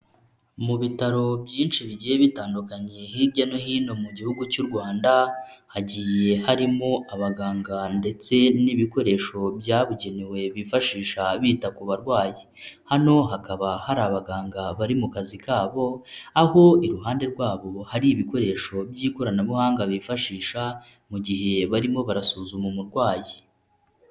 Mu bitaro byinshi bigiye bitanduye hirya no hino mu gihugu cy'u Rwanda, hagiye harimo abaganga ndetse n'ibikoresho byabugenewe bifashisha bita ku barwayi. Hano hakaba hari abaganga bari mu kazi kabo, aho iruhande rwabo hari ibikoresho by'ikoranabuhanga bifashisha mu gihe barimo barasuzuma umurwayi.